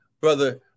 Brother